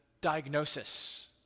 diagnosis